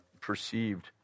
perceived